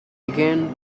began